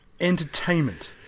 entertainment